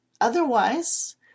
Otherwise